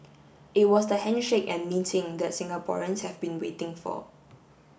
it was the handshake and meeting that Singaporeans have been waiting for